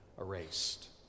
erased